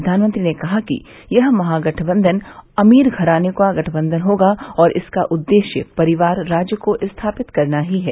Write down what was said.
प्रधानमंत्री ने कहा कि यह महागठबंधन अमीर घरानों का गठबंधन होगा और इसका उद्देश्य परिवार राज को स्थापित करना ही है